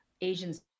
Asians